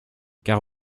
car